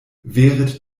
wehret